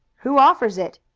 who offers it?